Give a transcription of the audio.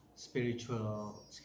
spiritual